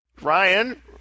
Ryan